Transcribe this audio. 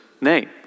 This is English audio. name